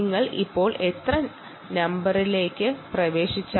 നിങ്ങൾക്ക് എത്ര നമ്പറാണോ കിട്ടുന്നത് അതിനെ സ്കെയിൽ ചെയ്യുക